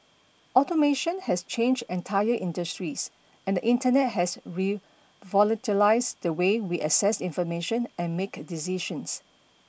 automation has changed entire industries and the Internet has revolutionised the way we access information and make decisions